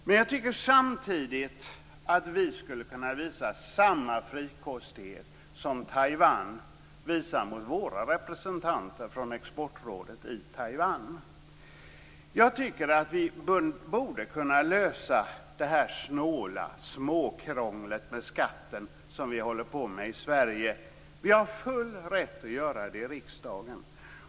Samtidigt tycker jag att vi skulle kunna visa samma frikostighet som Taiwan visar mot våra representanter från Exportrådet som befinner sig i Vi borde kunna lösa det snåla småkrånglet med skatten som vi håller på med i Sverige. Vi har full rätt att lösa detta i riksdagen.